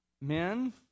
men